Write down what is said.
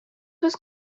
was